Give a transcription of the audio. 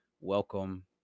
welcome